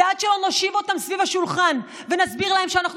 ועד שלא נושיב אותם סביב השולחן ונסביר להם שאנחנו